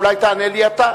אולי תענה לי אתה.